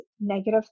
negative